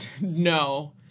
No